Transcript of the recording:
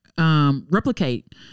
Replicate